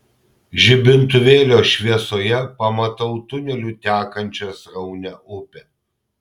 žibintuvėlio šviesoje pamatau tuneliu tekančią sraunią upę